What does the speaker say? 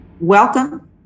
Welcome